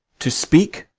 to speak,